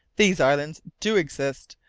these islands do exist,